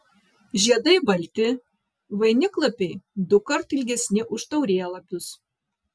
žiedai balti vainiklapiai dukart ilgesni už taurėlapius